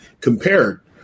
compared